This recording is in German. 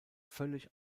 völlig